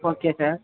okay sir